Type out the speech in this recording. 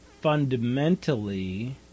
fundamentally